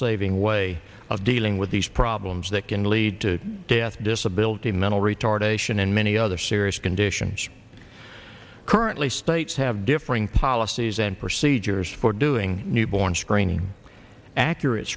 saving way of dealing with these problems that can lead to death disability mental retardation and many other serious conditions currently have differing policies and procedures for doing newborn screening accurate